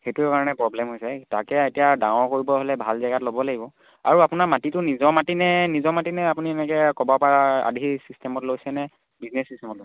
সেইটো কাৰণে প্ৰব্লেম হৈছে তাকে এতিয়া ডাঙৰ কৰিবৰ হ'লে ভাল জেগাত ল'ব লাগিব আৰু আপোনাৰ মাটিটো নিজৰ মাটি নে নিজৰ মাটি নে আপুনি এনেকৈ ক'ৰবাৰপৰা আধি ছিষ্টেমত লৈছেনে বিজনেছ ছিষ্টেমত লৈছে